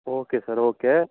okay sir okay